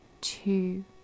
two